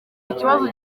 ikibazo